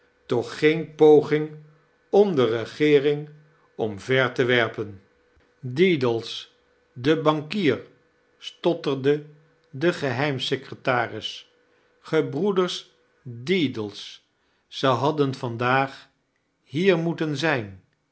toch geen poging om de regeering omver te werpen deedles de bankier stotterde de geteimsecretaris geforoeders deedles ze hadden vandaag hier moeteix zijn